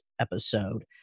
episode